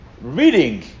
reading